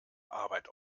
arbeit